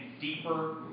deeper